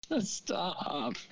Stop